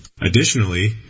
Additionally